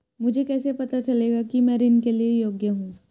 मुझे कैसे पता चलेगा कि मैं ऋण के लिए योग्य हूँ?